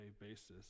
basis